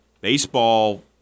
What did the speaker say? baseball